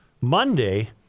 Monday